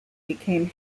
became